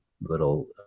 little –